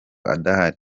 adahari